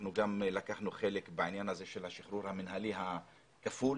אנחנו גם לקחנו גם חלק בעניין השחרור המינהלי הכפול.